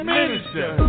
Minister